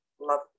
love